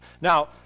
Now